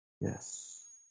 Yes